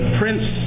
prince